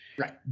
Right